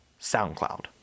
SoundCloud